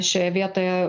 šioje vietoje